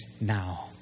now